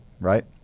right